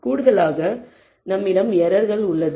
கூடுதலாக நம்மிடம் எரர் உள்ளது